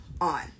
on